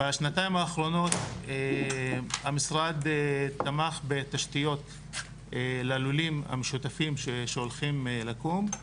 בשנתיים האחרונות המשרד תמך בתשתיות ללולים המשותפים שהולכים לקום.